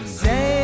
say